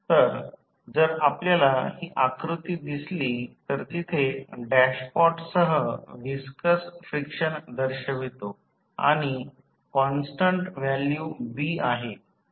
तर जर आपल्याला ही आकृती दिसली तर तिथे डॅशपॉटसह व्हिस्कस फ्रिक्शन दर्शवतो आणि कॉन्स्टन्ट व्हॅल्यू B आहे